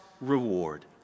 reward